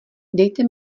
dejte